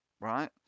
right